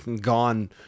gone